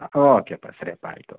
ಓಕೆಪಾ ಸರಿ ಅಪ್ಪಾ ಆಯಿತು